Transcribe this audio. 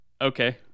Okay